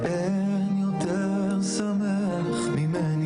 אני יודעת שאתם מיואשים ואתם בהליכי דיונים.